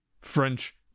French